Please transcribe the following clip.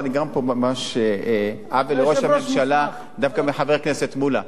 אבל נגרם פה ממש עוול לראש הממשלה דווקא מחבר הכנסת מולה.